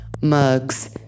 mugs